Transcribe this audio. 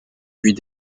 puis